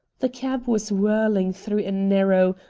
the cab was whirling through a narrow,